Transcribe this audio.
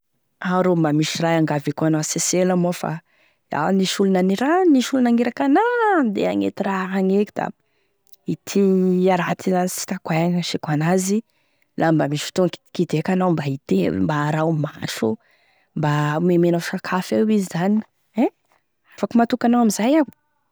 Ao ro mba misy raha hiangaviko anao sesela moa fa da aho nisy olo nanirahagn- nisy olo nagniraky ana handeha hagnety raha agny eky, da ity a raha za sy hitako aia gn'agnisiako an'azy la mba misy fotoa kidikidy eky anao mba iteo io mba araho maso mba omemenao sakafo eo izy zany e, afaky matoky anao amin'izay iaho.